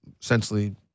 essentially